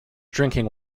drinking